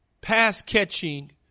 pass-catching